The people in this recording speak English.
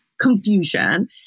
confusion